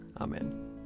Amen